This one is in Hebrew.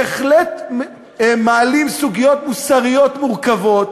בהחלט מעלים סוגיות מוסריות מורכבות,